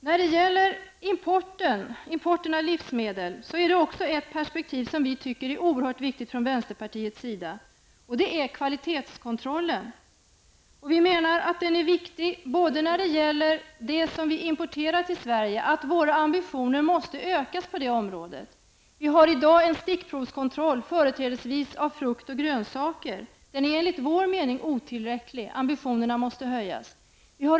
Kvalitetskontrollen vid import av livsmedel är enligt vår mening oerhört viktig. På detta område måste ambitionerna ökas. I dag förekommer en stickprovskontroll på företrädesvis frukt och grönsaker. Enligt vår mening är den otillräcklig.